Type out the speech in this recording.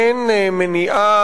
אין מניעה,